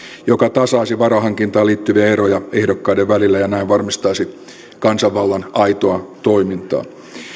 joka tasaisi varainhankintaan liittyviä eroja ehdokkaiden välillä ja näin varmistaisi kansanvallan aitoa toimintaa